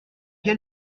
quel